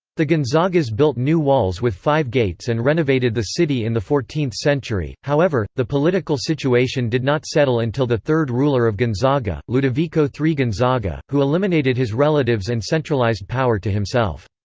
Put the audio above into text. the gonzagas built new walls with five gates and renovated the city in the fourteenth century however, the political situation did not settle until the third ruler of gonzaga, ludovico iii gonzaga, who eliminated his relatives and centralised power to himself.